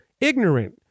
ignorant